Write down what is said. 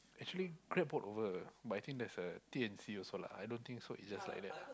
actually Grab bought over but I think there's a T-and-C also lah I don't so it's just like that